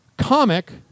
Comic